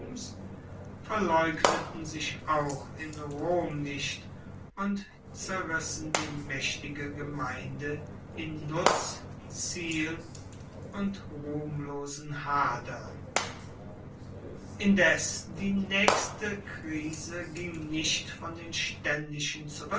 verleugneten sich auch in rom nicht und zerrissen die maechtige gemeinde in nutz ziel und ruhmlosem hader indes die naechste krise ging nicht von den